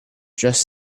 just